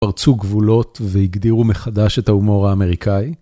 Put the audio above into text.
פרצו גבולות והגדירו מחדש את ההומור האמריקאי.